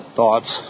thoughts